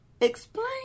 Explain